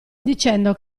dicendo